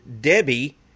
Debbie